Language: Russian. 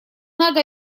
надо